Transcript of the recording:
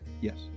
yes